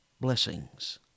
Blessings